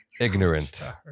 ignorant